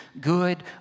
good